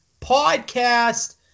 podcast